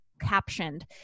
captioned